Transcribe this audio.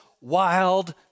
wild